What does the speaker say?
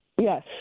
Yes